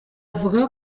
avuga